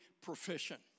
proficient